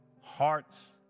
hearts